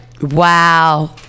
wow